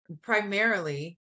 primarily